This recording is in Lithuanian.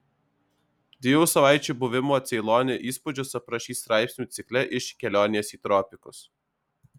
dviejų savaičių buvimo ceilone įspūdžius aprašys straipsnių cikle iš kelionės į tropikus